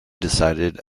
decided